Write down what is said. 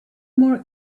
more